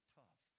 tough